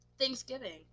thanksgiving